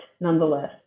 nonetheless